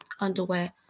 underwear